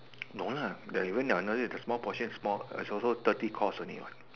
no lah the you mean the the small portion is small is also thirty course only what